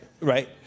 right